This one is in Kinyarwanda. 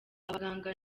abaganga